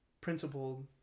principled